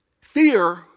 Fear